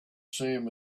same